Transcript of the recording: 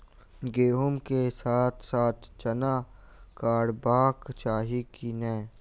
गहुम केँ साथ साथ चना करबाक चाहि की नै?